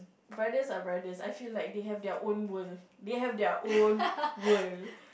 brothers are brothers I feel like they have their own world they have their own world